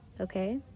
okay